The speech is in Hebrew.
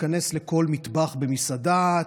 תיכנס לכל מטבח במסעדה,